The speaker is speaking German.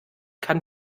kann